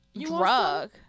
drug